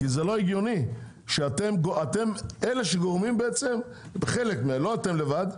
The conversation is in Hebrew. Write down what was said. כי לא הגיוני שאתם אלה שגורמים - לא אתם בלבד,